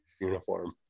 uniform